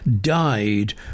died